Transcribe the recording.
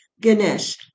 Ganesh